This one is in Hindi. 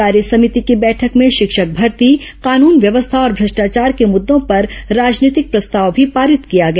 कार्यसमिति की बैठक में शिक्षक भर्ती कानून व्यवस्था और भ्रष्टाचार के मुद्दों पर राजनीतिक प्रस्ताव भी पारित किया गया